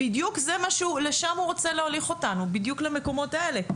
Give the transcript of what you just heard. שמנסה להוביל אותנו בדיוק למקומות האלה.